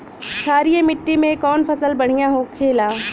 क्षारीय मिट्टी में कौन फसल बढ़ियां हो खेला?